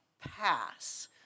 pass